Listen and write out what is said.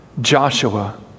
Joshua